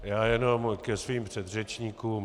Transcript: Já jenom ke svým předřečníkům.